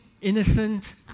innocent